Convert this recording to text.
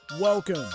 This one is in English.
Welcome